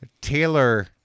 Taylor